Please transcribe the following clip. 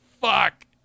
fuck